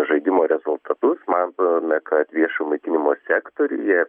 žaidimo rezultatus matome kad viešojo maitinimo sektoriuje